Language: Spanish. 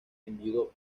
enviudó